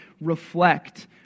reflect